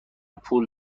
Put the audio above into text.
پول